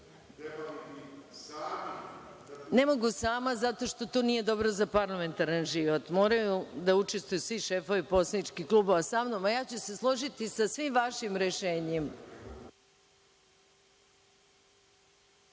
…)Ne mogu sama zato što to nije dobro za parlamentaran život. Moraju da učestvuju svi šefovi poslaničkih klubova samnom, a ja ću se složiti sa svim vašim rešenjima. Reč